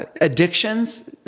Addictions